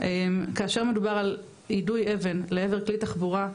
כאשר מדובר על יידוי אבן לעבר כלי תחבורה,